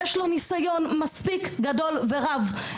יש לו ניסיון מספיק גדול ורב.